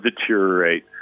deteriorate